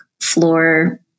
floor